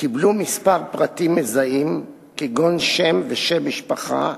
קיבלו כמה פרטים מזהים, כגון שם ושם משפחה,